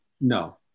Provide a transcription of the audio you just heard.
No